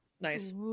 nice